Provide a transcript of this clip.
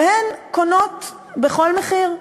והיא קונה בכל מחיר.